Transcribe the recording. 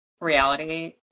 reality